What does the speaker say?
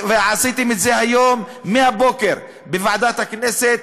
ועשיתם את זה היום מהבוקר בוועדת הכנסת,